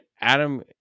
Adam